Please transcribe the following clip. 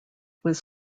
was